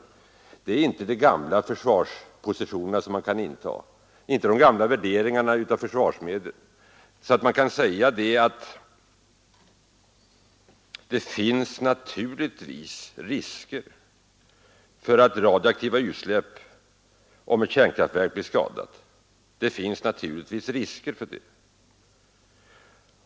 Man kan inte inta de gamla försvarspositionerna, och man kan inte trankilt tillämpa de gamla värderingarna av försvarsmedel, så att man bara säger att det naturligtvis finns risker för radioaktiva utsläpp, om ett kärnkraftverk blir skadat. Naturligtvis finns det risker för det.